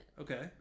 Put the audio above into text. Okay